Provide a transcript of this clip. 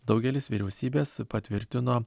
daugelis vyriausybės patvirtino